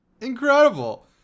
Incredible